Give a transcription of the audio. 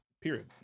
period